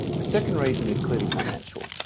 the second reason is clearly financial.